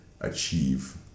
achieve